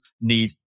need